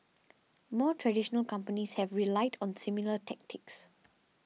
more traditional companies have relied on similar tactics